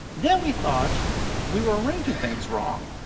then we thought we were arranging things wrong.